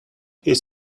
his